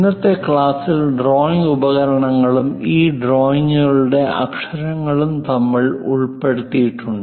ഇന്നത്തെ ക്ലാസ്സിൽ ഡ്രോയിംഗ് ഉപകരണങ്ങളും ഈ ഡ്രോയിംഗുകളുടെ അക്ഷരങ്ങളും നമ്മൾ ഉൾപ്പെടുത്തിയിട്ടുണ്ട്